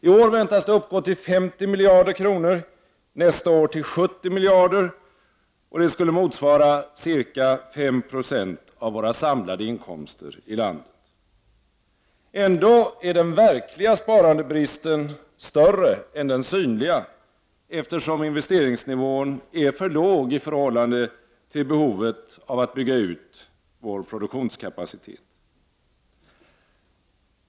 I år väntas det uppgå till 50 miljarder kronor och nästa år till 70 miljarder kronor, vilket skulle motsvara ca 5 90 av våra samlade inkomster i landet. Ändå är den verkliga sparandebristen större än den synliga, eftersom investeringsnivån är för låg i förhållande till behovet av att bygga ut vår produktionskapacitet.